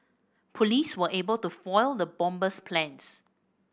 police were able to foil the bomber's plans